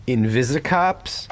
Invisicops